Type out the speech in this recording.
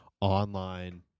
online